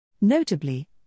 Notably